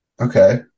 Okay